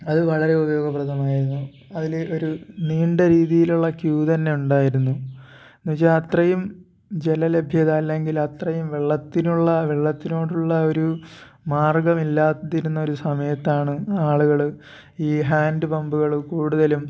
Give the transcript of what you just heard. അത് വളരെ ഉപയോഗപ്രദം ആയിരുന്നു അതിൽ ഒരു നീണ്ട രീതിയിലുള്ള ക്യൂ തന്നെ ഉണ്ടായിരുന്നു എന്നുവച്ച് അത്രയും ജലലഭ്യത അല്ലെങ്കിൽ അത്രയും വെള്ളത്തിനുള്ള വെള്ളത്തിനോടുള്ള ഒരു മാർഗ്ഗം ഇല്ലാതിരുന്ന ഒരു സമയത്താണ് ആളുകൾ ഈ ഹാൻ്റ് പമ്പുകൾ കൂടുതലും